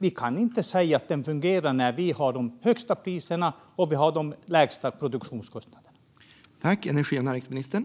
Den kan inte sägas fungera då vi har de högsta priserna och de lägsta produktionskostnaderna.